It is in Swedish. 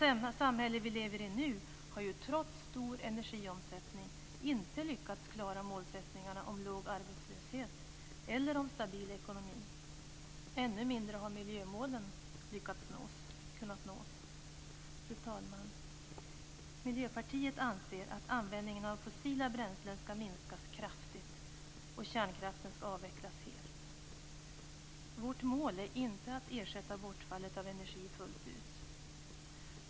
Det samhälle vi lever i nu har trots stor energiomsättning inte lyckats klara målsättningarna om låg arbetslöshet eller stabil ekonomi. Ännu mindre har man lyckats nå miljömålen. Fru talman! Miljöpartiet anser att användningen av fossila bränslen skall minskas kraftigt, och kärnkraften skall avvecklas helt. Vårt mål är inte att ersätta bortfallet av energi fullt ut.